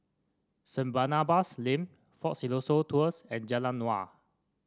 Saint Barnabas Lane Fort Siloso Tours and Jalan Naung